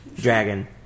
Dragon